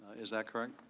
is that correct?